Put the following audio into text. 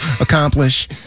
accomplish